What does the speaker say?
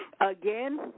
again